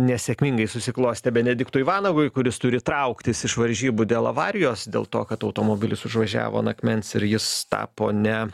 nesėkmingai susiklostė benediktui vanagui kuris turi trauktis iš varžybų dėl avarijos dėl to kad automobilis užvažiavo an akmens ir jis tapo ne